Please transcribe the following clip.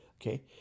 okay